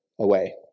away